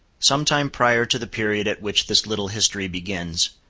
some time prior to the period at which this little history begins,